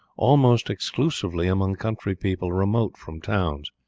almost exclusively among country people remote from towns,